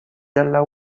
dalla